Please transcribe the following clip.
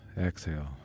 exhale